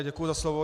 Děkuju za slovo.